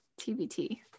TBT